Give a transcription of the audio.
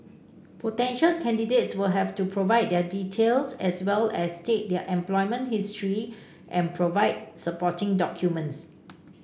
potential candidates will have to provide their details as well as state their employment history and provide supporting documents